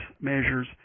measures